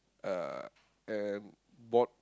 uh and bought